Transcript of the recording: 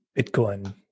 Bitcoin